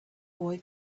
boy